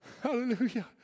Hallelujah